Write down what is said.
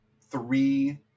three